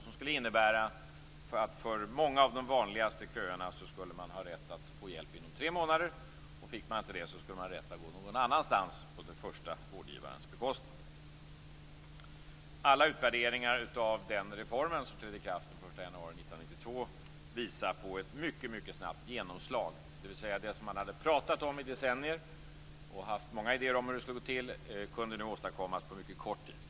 Det skulle innebära att man i många av de vanligaste köerna skulle ha rätt att få hjälp inom tre månader. Fick man inte det, skulle man ha rätt att vända sig någon annanstans på den första vårdgivarens bekostnad. Alla utvärderingar av den reformen, som trädde i kraft den 1 januari 1992, visar på ett mycket snabbt genomslag, dvs. att det som man hade talat om i decennier och haft många idéer om hur det skulle gå till kunde nu åstadkommas på mycket kort tid.